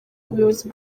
ubuyobozi